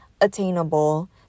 attainable